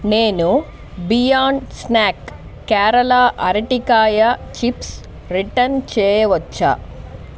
నేను beyond snack Kerala అరటికాయ chips return చేయవచ్చా